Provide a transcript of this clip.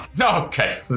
Okay